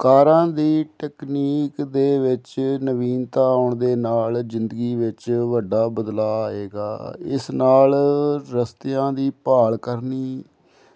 ਕਾਰਾਂ ਦੀ ਟਕਨੀਕ ਦੇ ਵਿੱਚ ਨਵੀਨਤਾ ਆਉਣ ਦੇ ਨਾਲ ਜ਼ਿੰਦਗੀ ਵਿੱਚ ਵੱਡਾ ਬਦਲਾਅ ਆਏਗਾ ਇਸ ਨਾਲ ਰਸਤਿਆਂ ਦੀ ਭਾਲ ਕਰਨੀ